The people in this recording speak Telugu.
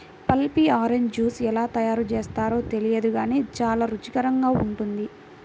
పల్పీ ఆరెంజ్ జ్యూస్ ఎలా తయారు చేస్తారో తెలియదు గానీ చాలా రుచికరంగా ఉంటుంది